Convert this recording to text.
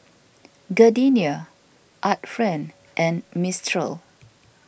Gardenia Art Friend and Mistral